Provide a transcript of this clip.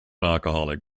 alcoholic